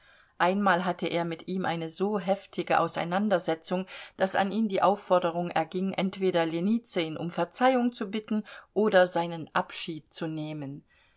einmal hatte er mit ihm eine so heftige auseinandersetzung daß an ihn die aufforderung erging entweder ljenizyn um verzeihung zu bitten oder seinen abschied zu nehmen